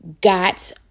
got